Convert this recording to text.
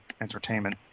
entertainment